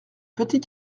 petit